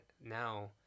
now